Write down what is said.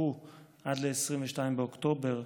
עד 22 באוקטובר,